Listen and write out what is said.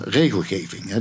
regelgeving